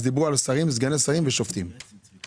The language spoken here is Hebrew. אז דיברו על שרים, סגני שרים ושופטים נכון?